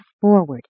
forward